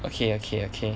okay okay okay